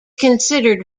considered